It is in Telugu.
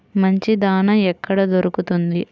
మంచి దాణా ఎక్కడ దొరుకుతుంది?